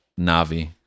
Navi